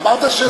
אמרת שלא.